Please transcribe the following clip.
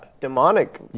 demonic